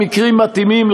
במקרים מתאימים,